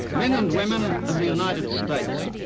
men and women of the united states,